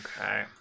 okay